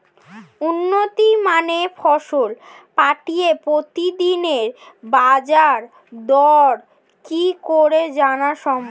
উন্নত মানের ফসল পাঠিয়ে প্রতিদিনের বাজার দর কি করে জানা সম্ভব?